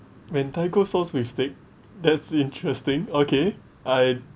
mentaiko sauce with steak that's interesting okay I